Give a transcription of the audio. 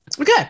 Okay